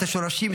את השורשים,